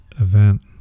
event